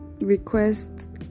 request